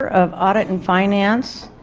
of audit and finance,